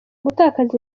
gutakaza